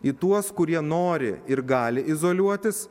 į tuos kurie nori ir gali izoliuotis